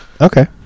Okay